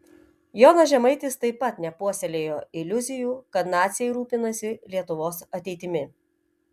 jonas žemaitis taip pat nepuoselėjo iliuzijų kad naciai rūpinasi lietuvos ateitimi